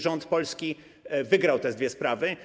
Rząd Polski wygrał te dwie sprawy.